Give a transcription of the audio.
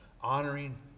honoring